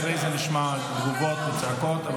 אחרי זה נשמע תגובות וצעקות.